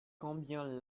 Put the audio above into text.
combien